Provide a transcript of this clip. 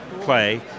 play